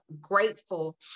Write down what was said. grateful